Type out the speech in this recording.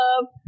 love